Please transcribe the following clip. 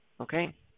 Okay